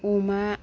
अमा